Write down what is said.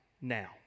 now